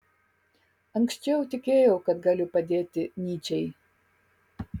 anksčiau tikėjau kad galiu padėti nyčei